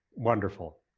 wonderful.